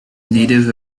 native